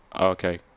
okay